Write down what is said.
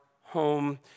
home